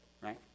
Right